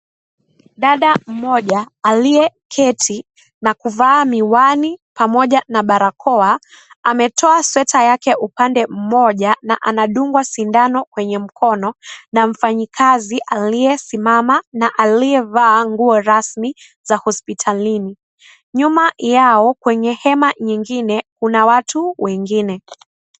Dada mmoja aliyeketi na kuvaa miwani pamoja na barakoa ametoa sweta yake upande mmoja na anadungwa sindano kwenye mkono na mfanyikazi aliyesimama na aliyevaa nguo rasmi za hospitalini. Nyuma yao kwenye hema nyingine kuna watu wengine.